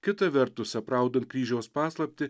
kita vertus apraudant kryžiaus paslaptį